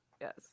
yes